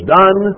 done